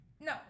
No